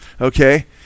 okay